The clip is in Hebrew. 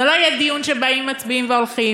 זה לא יהיה דיון שבאים, מצביעים והולכים,